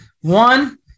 One